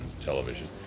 television